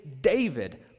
David